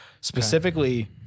Specifically